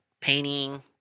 painting